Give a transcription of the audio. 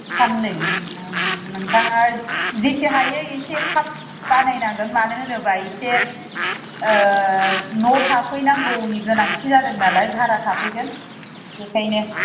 सान्नै ओम नोंथांआ जेसे हायो इसे थाब बानायनांगोन मानो होनोबा इसे ओ न' थाफैनांगौनि गोनांथि जादों नालाय भारा थाफैगोन बेखायनो